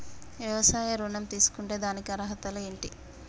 వ్యవసాయ ఋణం తీసుకుంటే దానికి అర్హతలు ఏంటి?